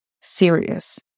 serious